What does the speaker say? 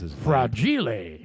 fragile